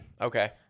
Okay